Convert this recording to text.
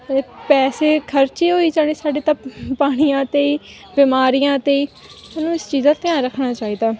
ਪੈਸੇ ਖਰਚੇ ਹੋਈ ਜਾਣੇ ਸਾਡੇ ਤਾਂ ਪਾਣੀਆਂ 'ਤੇ ਹੀ ਬਿਮਾਰੀਆਂ 'ਤੇ ਹੀ ਸਾਨੂੰ ਇਸ ਚੀਜ਼ ਦਾ ਧਿਆਨ ਰੱਖਣਾ ਚਾਹੀਦਾ